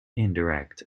indirect